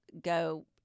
go